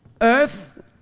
Earth